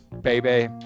baby